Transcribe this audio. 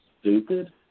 stupid